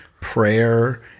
prayer